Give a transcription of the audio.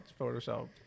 Photoshop